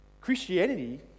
Christianity